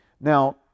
Now